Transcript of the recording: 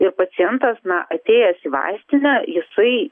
ir pacientas atėjęs į vaistinę jisai